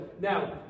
now